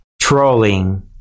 trolling